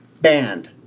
Banned